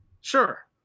sure